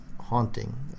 haunting